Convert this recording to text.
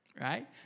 Right